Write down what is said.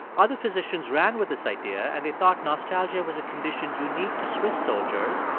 other physicians ran with this idea, and they thought nostalgia was a condition unique to swiss soldiers.